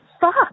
fuck